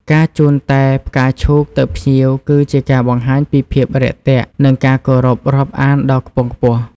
ការជូនតែផ្កាឈូកទៅភ្ញៀវគឺជាការបង្ហាញពីភាពរាក់ទាក់ និងការគោរពរាប់អានដ៏ខ្ពង់ខ្ពស់។